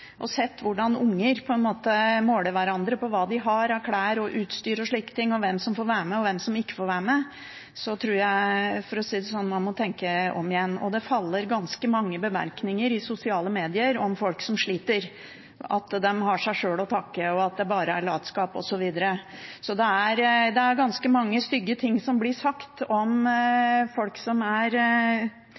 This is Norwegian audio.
og sett hvordan unger måler hverandre på hva de har av klær og utstyr og slike ting, hvem som får være med og hvem som ikke får være med, tror jeg man må tenke om igjen. Det faller ganske mange bemerkninger i sosiale medier om folk som sliter – at de har seg selv å takke, at det bare er latskap osv. Så det er ganske mange stygge ting som blir sagt om folk som er